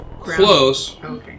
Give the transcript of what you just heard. close